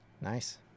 Nice